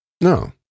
No